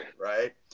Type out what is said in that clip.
right